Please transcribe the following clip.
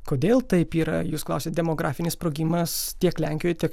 kodėl taip yra jus klausėt demografinis sprogimas tiek lenkijoj tiek